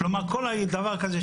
כלומר כל דבר כזה,